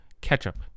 ketchup